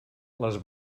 les